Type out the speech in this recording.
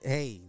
Hey